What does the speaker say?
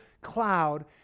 cloud